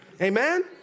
Amen